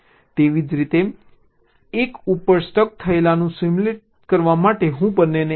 તેવી જ રીતે 1 ઉપર સ્ટક થયેલાનું સિમ્યુલેટ કરવા માટે હું બંનેને 1 1 બનાવું છું